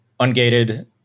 Ungated